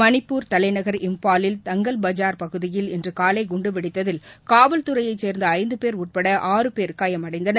மணிப்பூர் தலைநகர் இம்பாலில் தங்கல் பஜார் பகுதியில் இன்று காலை குண்டு வெடித்தில் காவல்துறைய சேர்ந்த ஐந்து பேர் உட்பட் ஆறு பேர் காயமடைந்தனர்